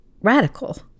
radical